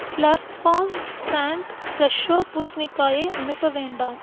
Slurrp Farm brand Fresho பூசணிக்காயை அனுப்ப வேண்டாம்